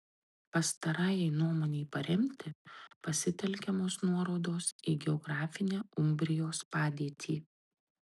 pastarajai nuomonei paremti pasitelkiamos nuorodos į geografinę umbrijos padėtį